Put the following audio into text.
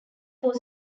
fort